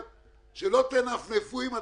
מה זה התלוננה, חבל על